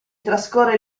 trascorre